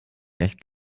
echt